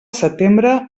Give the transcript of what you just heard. setembre